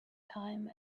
time